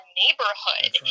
neighborhood